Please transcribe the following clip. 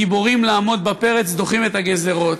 גיבורים לעמוד בפרץ, דוחים את הגזירות".